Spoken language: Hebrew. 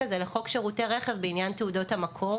לחוק שירותי רכב בעניין תעודות המקור,